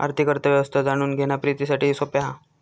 आर्थिक अर्थ व्यवस्था जाणून घेणा प्रितीसाठी सोप्या हा